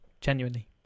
genuinely